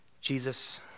Jesus